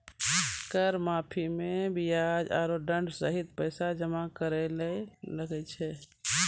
कर माफी मे बियाज आरो दंड सहित पैसा जमा करे ले लागै छै